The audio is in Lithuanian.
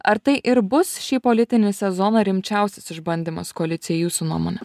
ar tai ir bus šį politinį sezoną rimčiausias išbandymas koalicijai jūsų nuomone